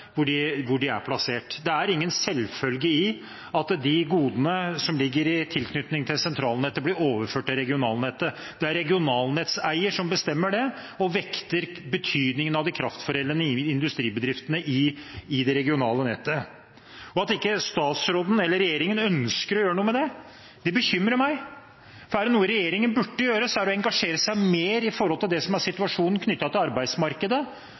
hvor de er plassert. Det er ingen selvfølge at de godene som ligger i tilknytning til sentralnettet, blir overført til regionalnettet. Det er regionalnettseier som bestemmer det, og som vekter betydningen av de kraftforedlende industribedriftene i det regionale nettet. At statsråden og regjeringen ikke ønsker å gjøre noe med det, bekymrer meg, for er det noe regjeringen burde gjøre, så er det å engasjere seg mer i situasjonen knyttet til arbeidsmarkedet